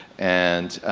and,